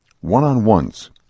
One-on-ones